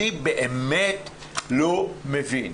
אני באמת לא מבין.